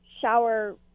shower